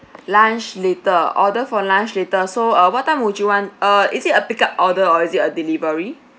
lunch later order for lunch later so uh what time would you want err is it a pick up order or is it a delivery